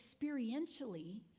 experientially